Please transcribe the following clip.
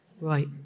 Right